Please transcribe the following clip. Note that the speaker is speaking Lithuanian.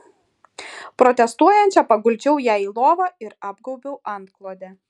protestuojančią paguldžiau ją į lovą ir apgaubiau antklode